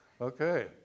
Okay